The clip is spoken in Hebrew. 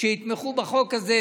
שיתמכו בחוק הזה.